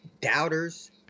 doubters